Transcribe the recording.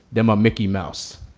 damn a mickey mouse.